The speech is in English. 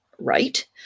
right